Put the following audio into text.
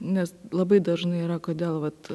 nes labai dažnai yra kodėl vat